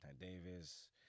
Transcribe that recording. Davis